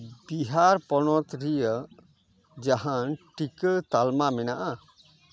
ᱵᱤᱦᱟᱨ ᱯᱚᱱᱚᱛ ᱨᱮᱭᱟᱜ ᱡᱟᱦᱟᱱ ᱴᱤᱠᱟᱹ ᱛᱟᱞᱢᱟ ᱢᱮᱱᱟᱜᱼᱟ